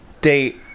date